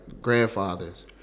grandfathers